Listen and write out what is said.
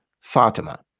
Fatima